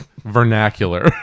vernacular